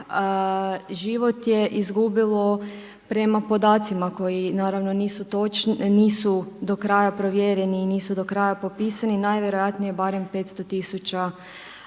život je izgubilo prema podacima koji naravno nisu do kraja provjereni i nisu do kraja popisani najvjerojatnije barem 500